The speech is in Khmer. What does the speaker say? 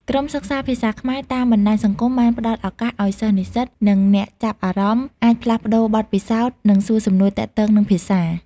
ក្រុមសិក្សាភាសាខ្មែរតាមបណ្តាញសង្គមបានផ្តល់ឱកាសឱ្យសិស្សនិស្សិត និងអ្នកចាប់អារម្មណ៍អាចផ្លាស់ប្តូរបទពិសោធន៍ និងសួរសំណួរទាក់ទងនឹងភាសា។